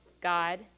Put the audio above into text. God